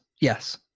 yes